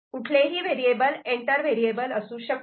कुठलेही variable enter variable असू शकते